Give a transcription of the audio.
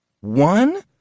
One